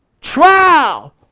trial